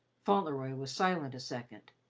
fauntleroy was silent a second.